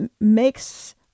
makes